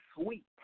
sweet